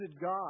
God